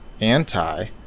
anti